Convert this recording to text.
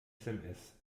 sms